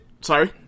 sorry